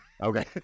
Okay